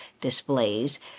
displays